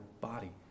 body